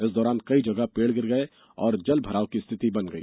इस दौरान कई जगह पेड़ गिर गये और जल भराव की स्थिति बन गई